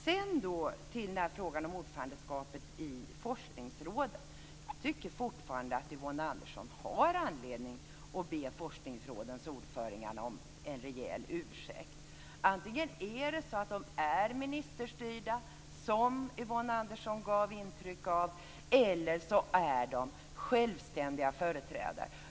När det gäller frågan om ordförandeskapet i forskningsråden så tycker jag fortfarande att Yvonne Andersson har anledning att be forskningsrådens ordförande om en rejäl ursäkt. Antingen så är de ministerstyrda, som Yvonne Andersson gav intryck av, eller så är de självständiga företrädare.